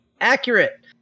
Accurate